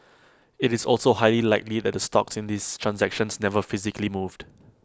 IT is also highly likely that the stocks in these transactions never physically moved